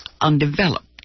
undeveloped